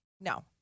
No